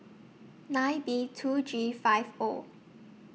nine B two G five O